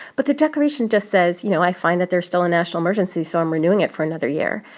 but the declaration just says, you know, i find that there's still a national emergency, so i'm renewing it for another year.